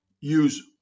use